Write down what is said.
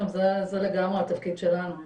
טוב, זה לגמרי התפקיד שלנו.